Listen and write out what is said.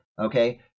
okay